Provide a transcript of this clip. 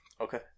Okay